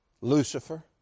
Lucifer